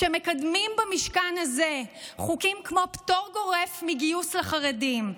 כשמקדמים במשכן הזה חוקים כמו פטור גורף מגיוס לחרדים,